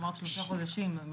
אמרת שלושה חודשים.